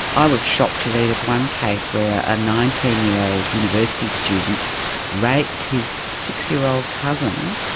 i was shocked to read of one case where a nineteen year old university student raped his six-year-old cousin,